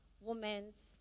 Women's